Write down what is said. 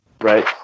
right